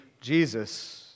Jesus